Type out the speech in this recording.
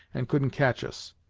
and couldn't catch us.